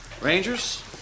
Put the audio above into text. Rangers